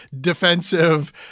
defensive